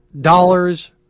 dollars